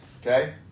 okay